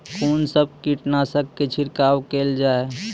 कून सब कीटनासक के छिड़काव केल जाय?